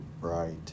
Right